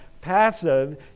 passive